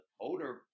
older